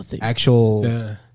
actual